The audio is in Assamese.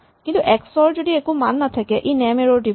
কিন্তু এক্স ৰ যদি একো মান নাথাকে ই নেম এৰ'ৰ দিব